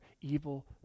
evil